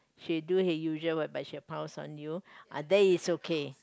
she do her usual but she will pounce on you uh that is okay